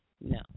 No